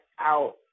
out